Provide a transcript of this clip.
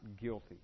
guilty